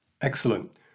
Excellent